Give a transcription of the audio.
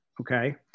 okay